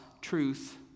truth